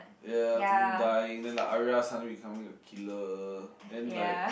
ya to him dying then like suddenly Arya becoming a killer then like